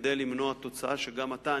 כדי למנוע תוצאה שגם אתה,